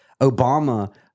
Obama